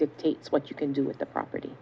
dictates what you can do with the property